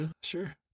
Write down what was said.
sure